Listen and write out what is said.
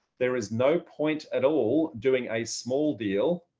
there is no point at all doing a small deal.